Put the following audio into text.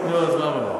נו, אז למה לא?